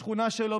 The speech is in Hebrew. בשכונה שלו,